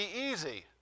easy